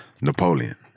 Napoleon